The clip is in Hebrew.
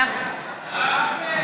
בעד שולי מועלם-רפאלי,